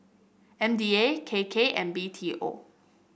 M D A K K and B T O